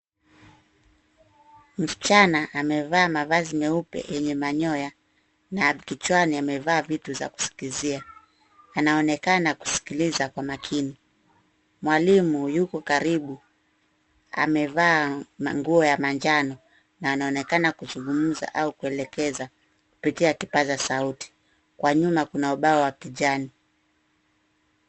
Msichana amevaa mavazi meupe yenye manyoya na kichwani amevaa vitu za kusikizia. Anaonekana kusikiliza kwa makini. Mwalimu yupo karibu amevaa manguo ya manjano na anaonekana kuzungumza au kuelekeza kupitia kipaza sauti. Kwa nyuma kuna ubao wa kijani.